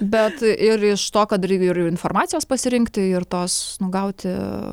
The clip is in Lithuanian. bet ir iš to kad ir informacijos pasirinkti ir tos nu gauti